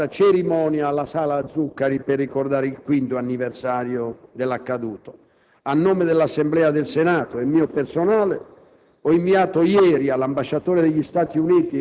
cerimonia molto partecipata presso la Sala Zuccari per ricordare il 5° anniversario dell'accaduto. A nome dell'Assemblea del Senato e mio personale,